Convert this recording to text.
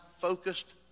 focused